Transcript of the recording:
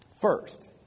First